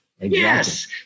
Yes